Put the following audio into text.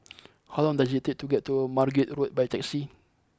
how long does it take to get to Margate Road by taxi